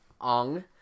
Ong